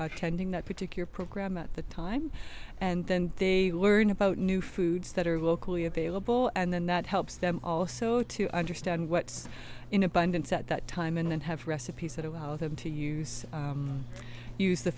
attending that particular program at the time and then they learn about new foods that are locally available and then that helps them also to understand what's in abundance at that time and have recipes that allow them to use use the